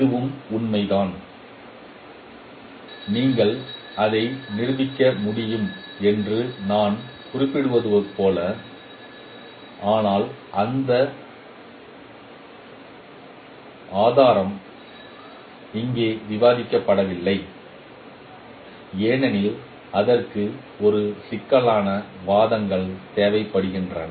இதுவும் உண்மைதான் நீங்கள் அதை நிரூபிக்க முடியும் என்று நான் குறிப்பிட்டது போல ஆனால் அந்த ஆதாரம் இங்கே விவாதிக்கப்படவில்லை ஏனெனில் அதற்கு ஒரு சிக்கலான வாதங்கள் தேவைப்படுகின்றன